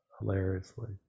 hilariously